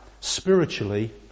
spiritually